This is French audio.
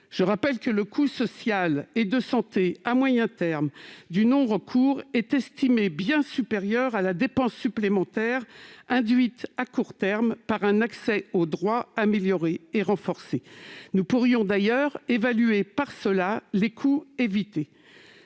Rappelons que le coût social et de santé à moyen terme du non-recours est estimé bien supérieur à la dépense supplémentaire qu'induit à court terme un accès aux droits amélioré et renforcé. Nous pourrions d'ailleurs évaluer de la sorte les coûts évités.